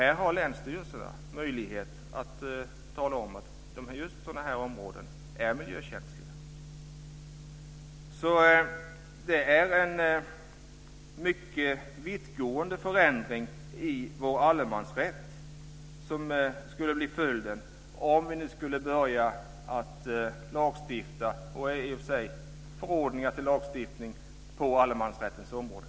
Här har länsstyrelserna möjlighet att tala om att just sådana här områden är miljökänsliga. Det är en mycket vittgående förändring i vår allemansrätt som skulle bli följden om vi skulle införa förordningar till lagstiftning på allemansrättens område.